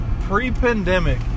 pre-pandemic